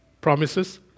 Promises